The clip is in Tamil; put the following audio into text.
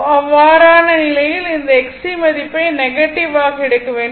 அவ்வாறான நிலையில் இந்த Xc மதிப்பை நெகட்டிவ் ஆக எடுக்க வேண்டும்